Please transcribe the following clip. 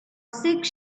six